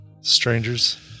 Strangers